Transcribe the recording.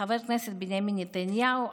חבר כנסת בנימין נתניהו,